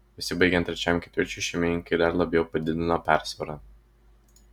besibaigiant trečiajam ketvirčiui šeimininkai dar labiau padidino persvarą